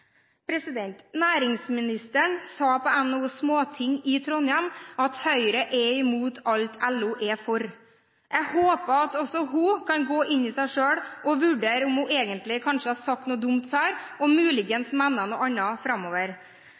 Næringsministeren sa på NHOs Småting i Trondheim at Høyre er imot alt LO er for. Jeg håper at også hun kan gå inn i seg selv og vurdere om hun egentlig kanskje har sagt noe dumt før, og muligens mene noe annet framover.